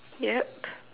yup